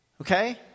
Okay